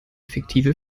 fiktive